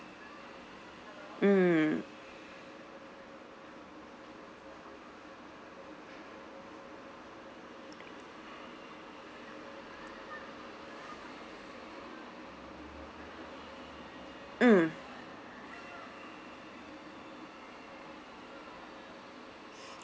mm mm